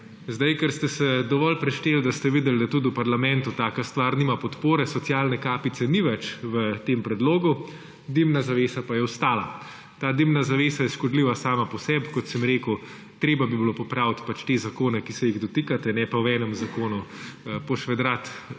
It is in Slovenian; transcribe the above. Ker ste se dovolj prešteli, da ste videli, da tudi v parlamentu taka stvar nima podpore, socialne kapice ni več v tem predlogu, dimna zavesa pa je ostala. Ta dimna zavesa je škodljiva sama po sebi. Kot sem rekel, treba bi bilo popraviti te zakone, ki se jih dotikate, ne pa v enem zakonu pošvedrati